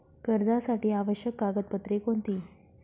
कर्जासाठी आवश्यक कागदपत्रे कोणती?